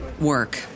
work